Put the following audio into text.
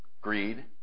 greed